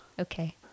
okay